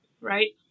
right